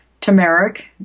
turmeric